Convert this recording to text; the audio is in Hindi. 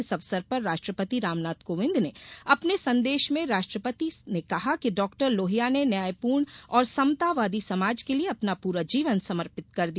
इस अवसर पर राष्ट्रपति रामनाथ कोविन्द ने अपने संदेश में राष्ट्रपति ने कहा कि डॉक्टर लोहिया ने न्यायपूर्ण और समतावादी समाज के लिए अपना पूरा जीवन समर्पित कर दिया